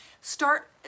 start